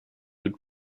would